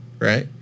right